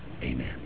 Amen